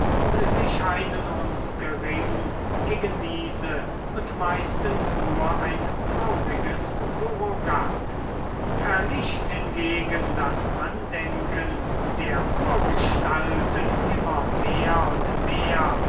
sie scheinen uns gering gegen diese und meistens nur ein trauriges surrogat verlischt hingegen das andenken der urgestalten immer mehr und mehr